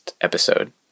episode